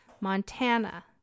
Montana